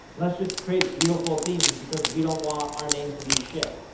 let's just create beautiful themes, because we don't want our name to be shit,